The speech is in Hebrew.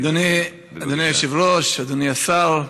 אדוני היושב-ראש, אדוני השר,